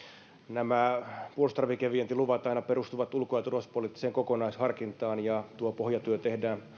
nämä puolustustarvikevientiluvat perustuvat aina ulko ja turvallisuuspoliittiseen kokonaisharkintaan ja tuo pohjatyö tehdään